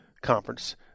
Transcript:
conference